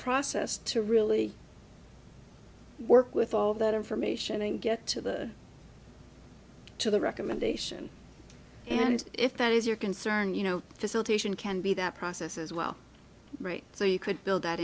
process to really work with all that information and get to the to the recommendation and if that is your concern you know facilitation can be that process as well right so you could build that